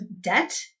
debt